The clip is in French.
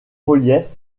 reliefs